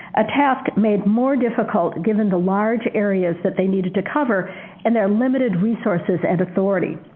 a task made more difficult given the large areas that they needed to cover and their limited resources and authority.